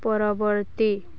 ପରବର୍ତ୍ତୀ